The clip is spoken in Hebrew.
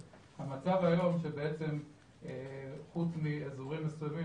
אבל המצב היום שבעצם חוץ מאזורים מסוימים,